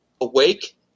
awake